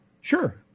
sure